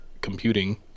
computing